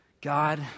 God